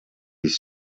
است